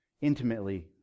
intimately